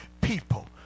people